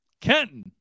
Kenton